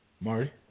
Marty